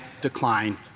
decline